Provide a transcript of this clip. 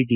T